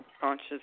conscious